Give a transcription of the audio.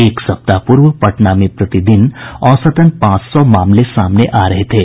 एक सप्ताह पूर्व पटना में प्रति दिन औसतन पांच सौ मामले सामने आ रहे थे